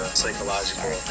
psychological